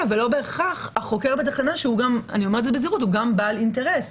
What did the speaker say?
ולא בהכרח החוקר בתחנה שהוא גם אני אומרת את זה בזהירות בעל אינטרס.